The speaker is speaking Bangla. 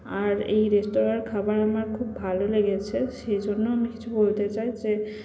আর এই রেস্তোরাঁর খাবার আমার খুব ভালো লেগেছে সেজন্য আমি কিছু বলতে চাই যে